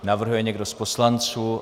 Navrhuje někdo z poslanců?